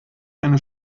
eine